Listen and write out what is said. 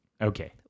Okay